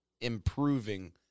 improving